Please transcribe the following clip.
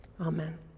Amen